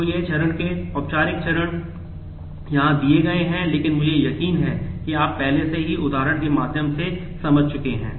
तो यह चरण के औपचारिक चरण यहां दिए गए हैं लेकिन मुझे यकीन है कि आप पहले से ही उदाहरण के माध्यम से समझ चुके हैं